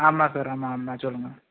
ஆமாம் சார் ஆமாம் ஆமாம் சொல்லுங்கள்